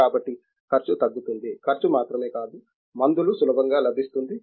కాబట్టి ఖర్చు తగ్గుతుంది ఖర్చు మాత్రమే కాదు మందులు సులభంగా లభిస్తుంది